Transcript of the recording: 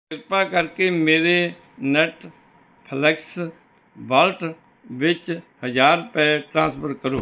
ਕਿਰਪਾ ਕਰਕੇ ਮੇਰੇ ਨੈੱਟਫਲਿਕਸ ਵਾਲਟ ਵਿੱਚ ਹਜ਼ਾਰ ਰੁਪਏ ਟ੍ਰਾਂਸਫਰ ਕਰੋ